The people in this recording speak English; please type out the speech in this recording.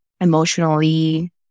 emotionally